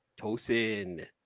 Tosin